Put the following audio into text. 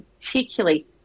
particularly